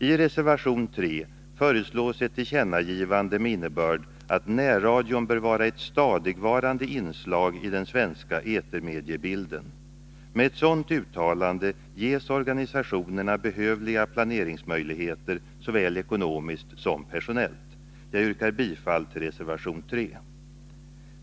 I reservation 3 föreslås ett tillkännagivande med innebörd att närradion bör vara ett stadigvarande inslag i den svenska etermediebilden. Med ett sådant uttalande ges organisationerna behövliga planeringsmöjligheter såväl ekonomiskt som personellt. Jag yrkar bifall till reservation 3.